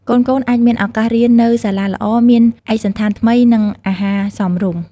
កូនៗអាចមានឱកាសរៀននៅសាលាល្អ មានឯកសណ្ឋានថ្មី និងអាហារសមរម្យ។